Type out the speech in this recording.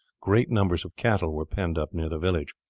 great numbers of cattle were penned up near the village.